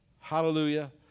Hallelujah